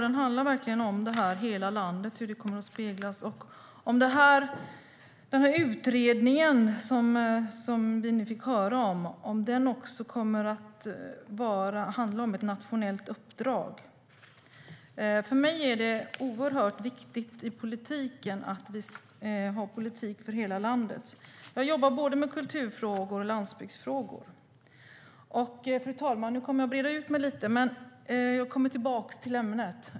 Den handlar om hur hela landet kommer att speglas och om den utredning som vi nu fick höra om också kommer att handla om ett nationellt uppdrag. För mig är det oerhört viktigt att vi har en politik för hela landet. Jag jobbar med både kulturfrågor och landsbygdsfrågor. Fru talman! Nu kommer jag att breda ut mig lite, men jag ska sedan återgå till ämnet.